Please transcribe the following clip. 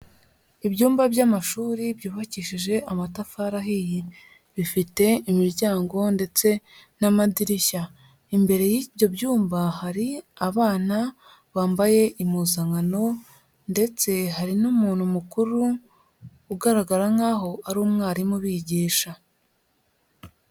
Ibyumba by'amashuri byubakishije amatafari ahiye, bifite imiryango ndetse n'amadirishya, imbere y'ibyo byumba hari abana bambaye impuzankano ndetse hari n'umuntu mukuru ugaragara nk'aho ari umwarimu ubigisha.